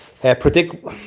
Predict